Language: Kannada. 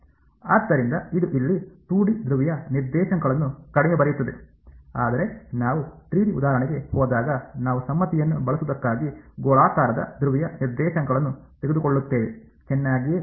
ಆದ್ದರಿಂದ ಇದು ಇಲ್ಲಿ 2 ಡಿ ಧ್ರುವೀಯ ನಿರ್ದೇಶಾಂಕಗಳನ್ನು ಕಡಿಮೆ ಬರೆಯುತ್ತದೆ ಆದರೆ ನಾವು 3D ಉದಾಹರಣೆಗೆ ಹೋದಾಗ ನಾವು ಸಮ್ಮಿತಿಯನ್ನು ಬಳಸುವುದಕ್ಕಾಗಿ ಗೋಳಾಕಾರದ ಧ್ರುವೀಯ ನಿರ್ದೇಶಾಂಕಗಳನ್ನು ತೆಗೆದುಕೊಳ್ಳುತ್ತೇವೆ ಚೆನ್ನಾಗಿಯೇ ಇದೆ